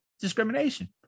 discrimination